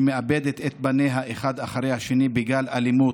שמאבדת את בניה אחד אחרי השני בגל אלימות.